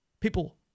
People